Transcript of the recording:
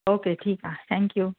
okay ठीकु आहे thank you